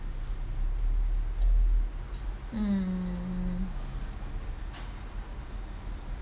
mm